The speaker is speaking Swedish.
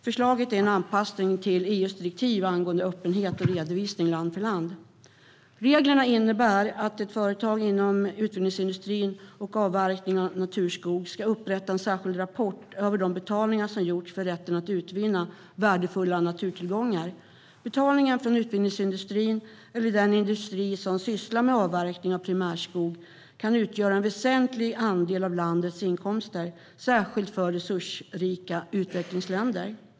Förslaget är en anpassning till EU:s direktiv om öppenhet och redovisning, land för land. Reglerna innebär att företag som är verksamt inom utvinningsindustrin eller med avverkning av naturskog ska upprätta en särskild rapport över de betalningar som gjorts för rätten att utvinna värdefulla naturtillgångar. Betalningar från utvinningsindustrin eller den industri som sysslar med avverkning av primärskog kan utgöra en väsentlig andel av ett lands inkomster, särskilt för resursrika utvecklingsländer.